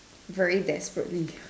very desperately